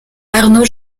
arnaud